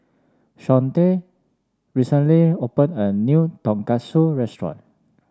Shawnte recently opened a new Tonkatsu restaurant